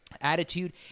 Attitude